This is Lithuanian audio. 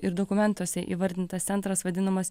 ir dokumentuose įvardintas centras vadinamas